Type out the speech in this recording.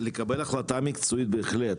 לקבל החלטה מקצועית בהחלט,